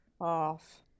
off